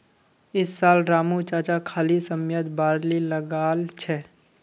इस साल रामू चाचा खाली समयत बार्ली लगाल छ